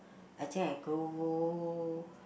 I think I go